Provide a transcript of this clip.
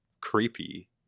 creepy